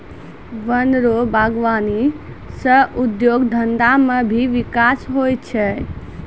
वन रो वागबानी सह उद्योग धंधा मे भी बिकास हुवै छै